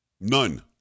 None